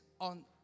on